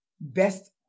best